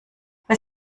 für